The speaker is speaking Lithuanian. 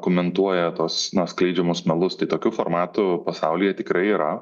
komentuoja tuos na skleidžiamus melus tai tokių formatų pasaulyje tikrai yra